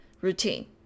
routine